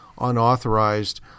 unauthorized